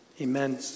Amen